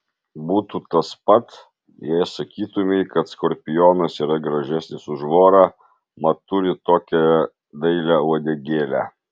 būtų tas pat jei sakytumei kad skorpionas yra gražesnis už vorą mat turi tokią dailią uodegėlę